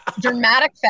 dramatic